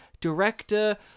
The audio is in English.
director